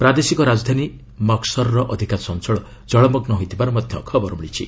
ପ୍ରାଦେଶିକ ରାଜଧାନୀ ମକ୍ସର୍ ର ଅଧିକାଂଶ ଅଞ୍ଚଳ ଜଳମଗ୍ନ ହୋଇଥିବାର ଖବର ମିଳିଛି